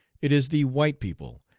it is the white people,